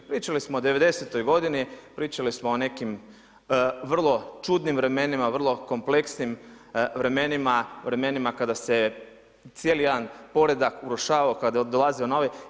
Pričali smo o 90-toj godini, pričali smo o nekim vrlo čudnim vremenima, vrlo kompleksnim vremenima, vremenima kada se cijeli jedan poredak urušavao, kada je dolazio novi.